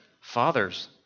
Fathers